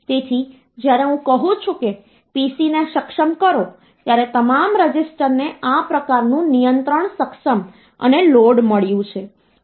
તેથી જ્યારે હું કહું છું કે PC ને સક્ષમ કરો ત્યારે તમામ રજીસ્ટરને આ પ્રકારનું નિયંત્રણ સિગ્નલ સક્ષમ અને લોડ મળ્યું છે